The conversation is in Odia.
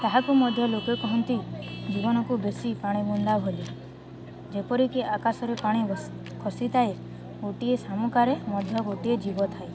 ତାହାକୁ ମଧ୍ୟ ଲୋକେ କହନ୍ତି ଜୀବନକୁ ବେଶୀ ପାଣି ବୁନ୍ଦା ଭଲି ଯେପରିକି ଆକାଶରେ ପାଣି ଖସିଥାଏ ଗୋଟିଏ ସାମୁକାରେ ମଧ୍ୟ ଗୋଟିଏ ଜୀବ ଥାଏ